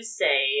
say